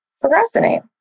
Procrastinate